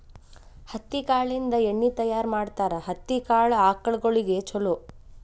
ಹತ್ತಿ ಕಾಳಿಂದ ಎಣ್ಣಿ ತಯಾರ ಮಾಡ್ತಾರ ಹತ್ತಿ ಕಾಳ ಆಕಳಗೊಳಿಗೆ ಚುಲೊ